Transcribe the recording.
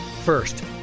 First